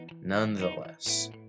nonetheless